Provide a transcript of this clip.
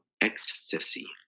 ecstasy